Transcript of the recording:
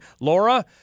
Laura